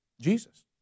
Jesus